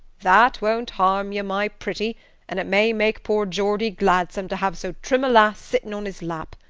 that won't harm ye, my pretty an' it may make poor geordie gladsome to have so trim a lass sittin' on his lap.